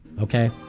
okay